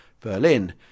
Berlin